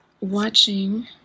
watching